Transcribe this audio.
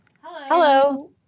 Hello